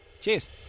Cheers